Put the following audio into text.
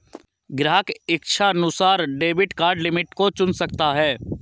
ग्राहक इच्छानुसार debit card limit को चुन सकता है